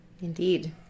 indeed